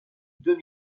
deux